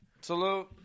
Salute